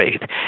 faith